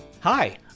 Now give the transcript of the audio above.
hi